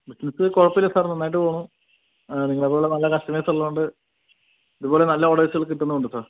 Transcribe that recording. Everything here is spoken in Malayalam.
ബിസിനസ് കുഴപ്പമില്ല സാർ നന്നായിട്ട് പോകുന്നു നിങ്ങളെപ്പോലെ നല്ല കസ്റ്റമേഴ്സ് ഉള്ളതു കൊണ്ട് ഇതുപോലെ നല്ല ഓർഡഴ്സ്കൾ കിട്ടുന്നുമുണ്ട് സാർ